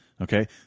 Okay